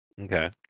okay